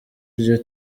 iryo